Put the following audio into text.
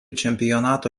čempionato